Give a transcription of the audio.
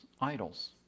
idols